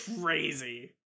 crazy